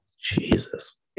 Jesus